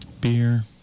Beer